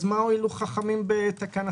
אז מה הועילו חכמים בתקנתם?